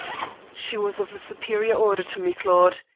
she was of a superior order to me, claude,